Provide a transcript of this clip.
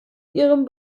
ihrem